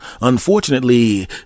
unfortunately